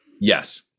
Yes